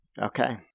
Okay